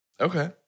Okay